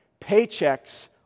Paychecks